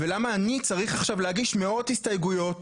ולמה אני צריך עכשיו להגיד מאות הסתייגויות